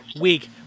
week